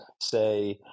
say